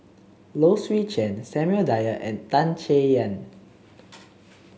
Low Swee Chen Samuel Dyer and Tan Chay Yan